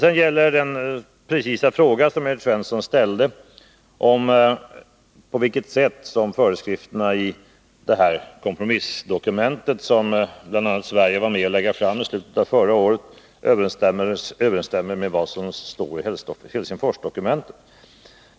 Sedan vill jag besvara Evert Svenssons konkreta fråga om på vilket sätt föreskrifterna i det kompromissdokument som bl.a. Sverige var med om att lägga fram i slutet av förra året överensstämmer med vad som står i Helsingforsdokumentet.